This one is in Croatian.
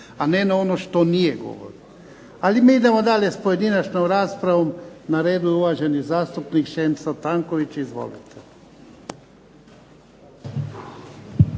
a ne na ono što nije govorio. Ali mi idemo dalje s pojedinačnom raspravom. Na redu je uvaženi zastupnik Šemso Tanković. Izvolite.